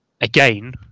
Again